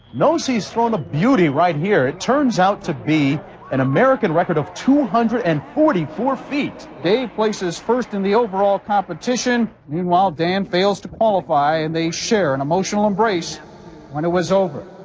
knows he's thrown a beauty right here. it turns out to be an american record of two hundred and forty four feet. dave places first in the overall competition meanwhile dan fails to qualify and they share an emotional embrace when it was over